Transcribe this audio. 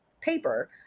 paper